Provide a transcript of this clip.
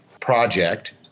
project